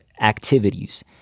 activities